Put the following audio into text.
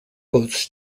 boats